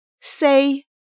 say